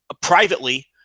privately